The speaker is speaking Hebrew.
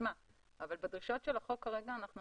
כשלעצמה אבל בדרישות של החוק כרגע אנחנו